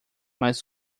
mas